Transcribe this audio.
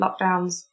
lockdowns